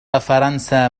فرنسا